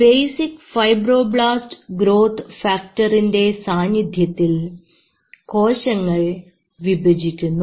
basic fibroblast growth ഫാക്ടറിന്റെ സാന്നിധ്യത്തിൽ കോശങ്ങൾ വിഭജിക്കുന്നു